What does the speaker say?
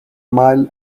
mile